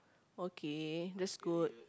okay that's good